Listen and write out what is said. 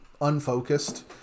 unfocused